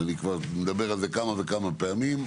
ואני כבר מדבר על זה כמה וכמה פעמים,